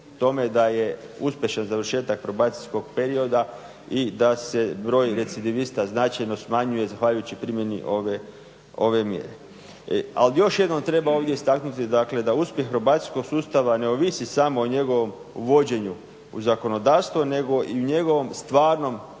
tome da je uspješan završetak probacijskog perioda i da se broj recidivista značajno smanjuje zahvaljujući primjeni ove mjere. Ali još jednom treba ovdje istaknuti da uspjeh probacijskog sustava ne ovisi samo o njegovom vođenju u zakonodavstvo nego i u njegovom stvarnom